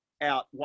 out